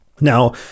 now